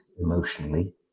emotionally